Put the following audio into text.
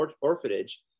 orphanage